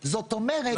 אגב,